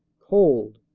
cold,